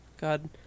God